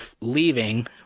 leaving